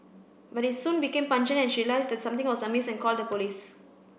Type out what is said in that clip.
but it soon became pungent and she realised that something was amiss and called the police